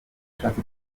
ashatse